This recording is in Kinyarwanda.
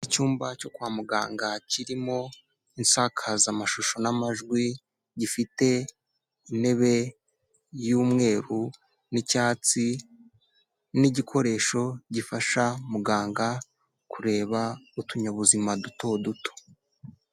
Icyumba cyo kwa muganga kirimo insakazamashusho n'amajwi, gifite intebe y'umweru n'icyatsi n'igikoresho gifasha muganga kureba utunyabuzima duto duto.